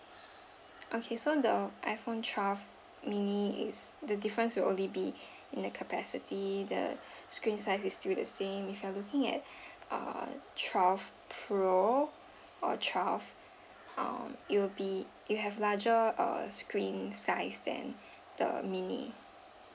okay so the iphone twelve mini is the difference will only be in the capacity the screen size is still the same if you are looking at err twelve pro or twelve um it will be you have larger err screen size than the mini